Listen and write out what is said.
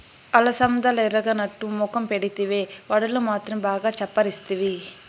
అలసందలెరగనట్టు మొఖం పెడితివే, వడలు మాత్రం బాగా చప్పరిస్తివి